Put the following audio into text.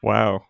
Wow